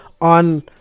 on